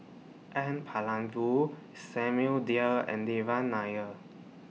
N Palanivelu Samuel Dyer and Devan Nair